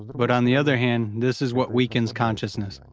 but, on the other hand, this is what weakens consciousness.